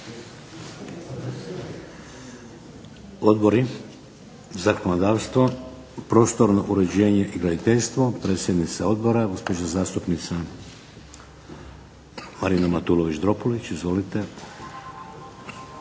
Odbori. Zakonodavstvo? Prostorno uređenje i graditeljstvo? Predsjednica odbora, gospođa zastupnica Marina Matulović Dropulić. Izvolite.